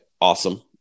Awesome